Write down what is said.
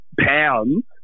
pounds